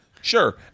sure